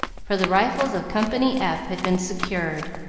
for the rifles of company f had been secured,